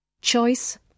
Choice